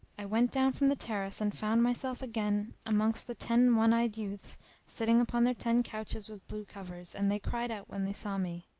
i went down from the terrace and found myself again amongst the ten one eyed youths sitting upon their ten couches with blue covers and they cried out when they saw me,